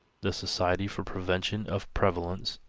the society for prevention of prevalence